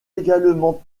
également